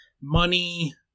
money